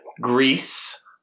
Greece